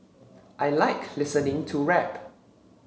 I like listening to rap